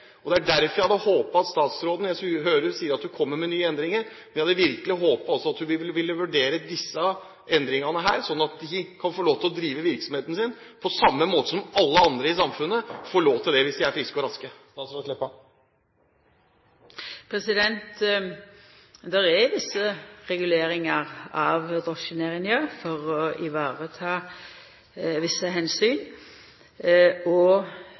Jeg hører at statsråden sier at hun kommer med nye endringer, men jeg hadde virkelig håpet at hun også ville vurdere disse endringene, slik at denne yrkesgruppen kan få lov til å drive virksomheten sin på samme måte som alle andre i samfunnet får lov til det hvis de er friske og raske. Det er visse reguleringar av drosjenæringa for å vareta visse